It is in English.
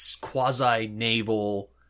quasi-naval